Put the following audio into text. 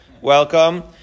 Welcome